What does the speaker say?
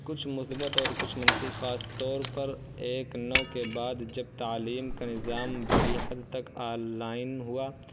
کچھ مثبت اور کچھ منفی خاص طور پر ایک نو کے بعد جب تعلیم کا نظام بڑی حد تک آن لائن ہوا